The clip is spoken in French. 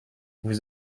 vous